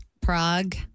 Prague